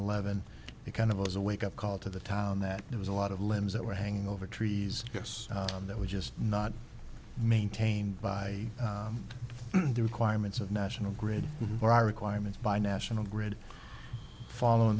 eleven it kind of was a wake up call to the town that there was a lot of limbs that were hanging over trees yes that was just not maintained by the requirements of national grid or our requirements by national grid following